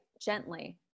gently